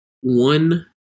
one